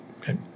Okay